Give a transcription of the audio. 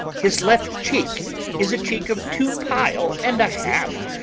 his left cheek is a cheek of two pile and a half,